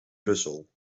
brussel